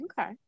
okay